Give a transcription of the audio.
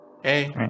Hey